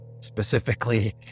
specifically